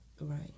Right